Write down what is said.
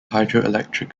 hydroelectric